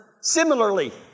similarly